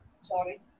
sorry